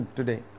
today